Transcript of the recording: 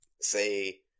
say